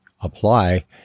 apply